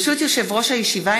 ברשות יושב-ראש הישיבה,